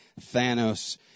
Thanos